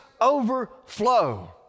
overflow